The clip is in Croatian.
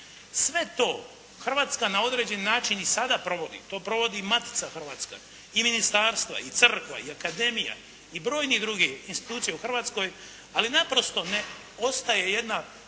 Sve to Hrvatska na određeni način i sada provodi. To provodi Matica Hrvatska i ministarstva i crkva i akademija i brojne druge institucije u Hrvatskoj, ali naprosto ne ostaje jedna